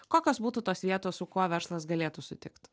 kokios būtų tos vietos su kuo verslas galėtų sutikt